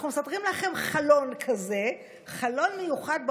אנחנו מסדרים לכם חלון כזה, חלון מיוחד בחוק,